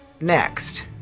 next